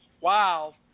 Wow